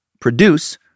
produce